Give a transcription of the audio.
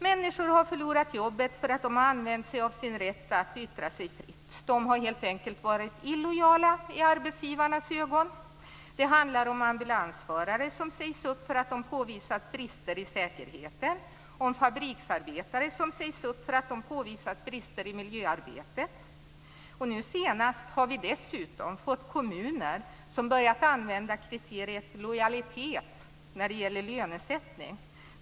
Människor har förlorat jobbet därför att de har använt sig av sin rätt att yttra sig fritt. De har helt enkelt varit "illojala" i arbetsgivarnas ögon. Det handlar om ambulansförare som sägs upp för att de påvisat brister i säkerheten, om fabriksarbetare som sägs upp för att de påvisat brister i miljöarbetet. Nu senast har dessutom vissa kommuner börjat använda kriteriet "lojalitet" när det gäller lönesättning.